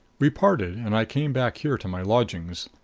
we parted and i came back here to my lodgings.